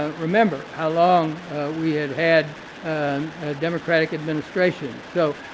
ah remember how long we had had democratic administration. so,